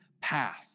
path